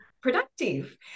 productive